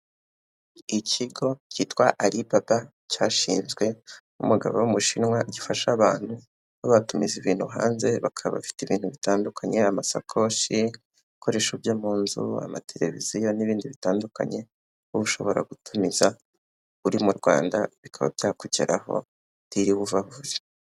Ikigo cyitwa Albaba cyashinzwe n'umugabo w'umushinwa, gifasha abantu kuba batumiza ibintu hanze, bakaba bafite ibintu bitandukanye amasakoshi, ibikoresho byo mu nzu, amateleviziyo n'ibindi bitandukanye, ubu ushobora gutumiza uri mu Rwanda bikaba byakugeraho utiriwe ava aho uri.